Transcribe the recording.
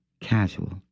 Casual